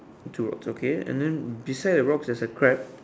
two rocks okay and then beside the rocks there's a crab